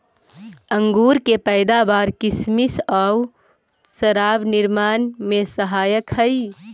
अंगूर के पैदावार किसमिस आउ शराब निर्माण में सहायक हइ